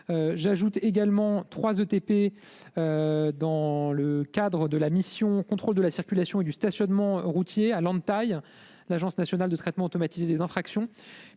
J'ajoute également 3 ETP. Dans le cadre de la mission, contrôle de la circulation et du stationnement routiers à l'entaille. L'Agence nationale de traitement automatisé des infractions